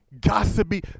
gossipy